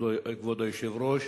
כבוד היושב-ראש,